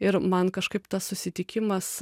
ir man kažkaip tas susitikimas